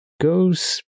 goes